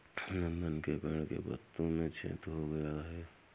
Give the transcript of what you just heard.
नंदन के पेड़ के पत्तों में छेद हो गया है